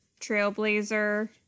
Trailblazer